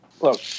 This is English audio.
Look